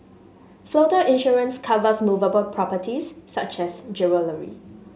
floater insurance covers movable properties such as jewellery